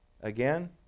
Again